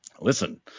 listen